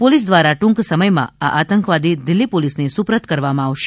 police દ્વારા ટ્રંક સમયમાં આ આતંકવાદી દિલ્ફી પોલીસને સુપ્રત કરવામાં આવશે